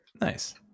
nice